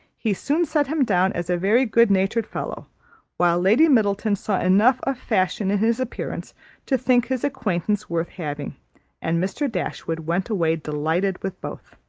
he soon set him down as a very good-natured fellow while lady middleton saw enough of fashion in his appearance to think his acquaintance worth having and mr. dashwood went away delighted with both.